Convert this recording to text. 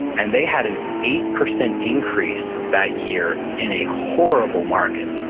and they had an eight percent increase that year in a horrible market.